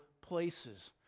places